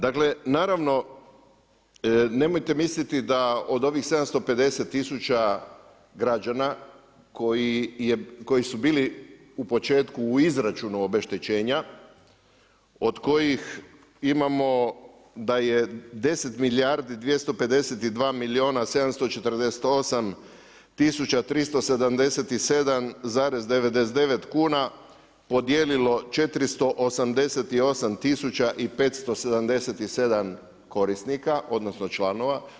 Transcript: Dakle, naravno nemojte misliti da od ovih 750 000 građana koji su bili u početku u izračunu obeštećenja od kojih imamo da je 10 milijardi 252 milijuna 748 tisuća 377,99 kuna podijelilo 488 tisuća i 577 korisnika, odnosno članova.